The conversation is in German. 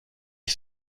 ich